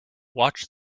watch